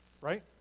right